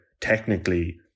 technically